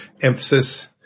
emphasis